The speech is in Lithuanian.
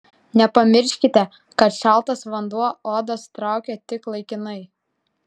nepamirškite kad šaltas vanduo odą sutraukia tik laikinai